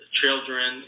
children